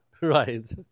Right